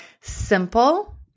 simple